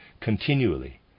continually